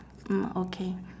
mm okay